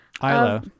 Ilo